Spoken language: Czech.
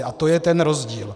A to je ten rozdíl.